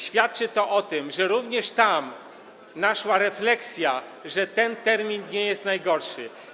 Świadczy to o tym, że również tam zaszła refleksja, że ten termin nie jest najlepszy.